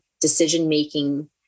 decision-making